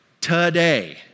today